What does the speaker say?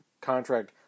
contract